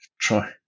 Try